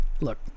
Look